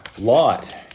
Lot